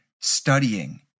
studying